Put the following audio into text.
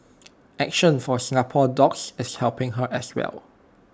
action for Singapore dogs is helping her as well